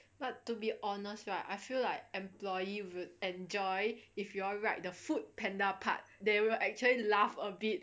but to be honest I feel like employee would enjoy if you all write the food panda part they will actually the laugh a bit